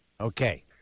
Okay